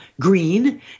green